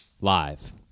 live